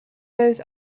both